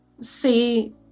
see